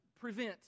prevent